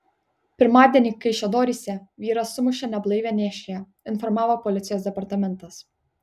pirmadienį kaišiadoryse vyras sumušė neblaivią nėščiąją informavo policijos departamentas